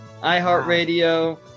iHeartRadio